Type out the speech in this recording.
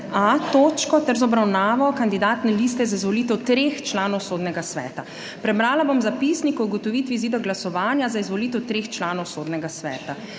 točko ter z obravnavo kandidatne liste za izvolitev treh članov Sodnega sveta. Prebrala bom zapisnik o ugotovitvi izida glasovanja za izvolitev treh članov Sodnega sveta.